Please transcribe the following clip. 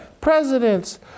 presidents